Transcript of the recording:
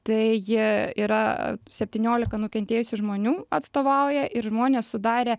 tai yra septyniolika nukentėjusių žmonių atstovauja ir žmonės sudarė